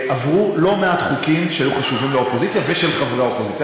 עברו לא מעט חוקים שהיו חשובים לאופוזיציה ושל חברי האופוזיציה,